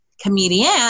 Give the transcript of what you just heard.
comedian